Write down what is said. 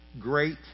great